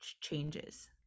changes